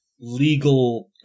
legal